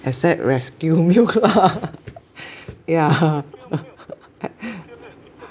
except rescue milk lah